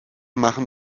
machen